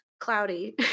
cloudy